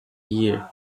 year